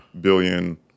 billion